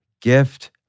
gift